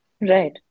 Right